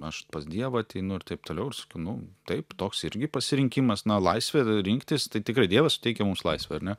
aš pas dievą ateinu ir taip toliau ir sakiau nu taip toks irgi pasirinkimas na laisvė rinktis tai tikrai dievas suteikia mums laisvę ar ne